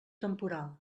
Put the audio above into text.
temporal